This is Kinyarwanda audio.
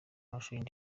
amashusho